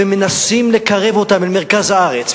ומנסים לקרב אותן אל מרכז הארץ,